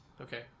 Okay